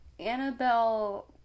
Annabelle